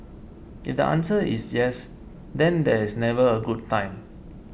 if the answer is yes then there's never a good time